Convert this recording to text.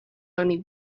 only